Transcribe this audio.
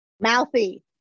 Mouthy